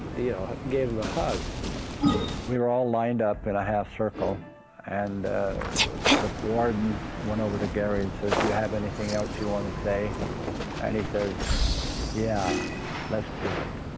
you know gave him a hug we were all lined up in a half circle and the warden went over to gary says do you have anything else you want to say and he says yeah let's do it